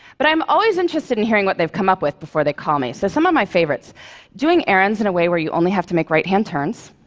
but i'm always interested in hearing what they've come up with before they call me. so some of my favorites doing errands and where you only have to make right-hand turns